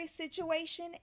situation